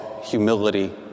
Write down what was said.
humility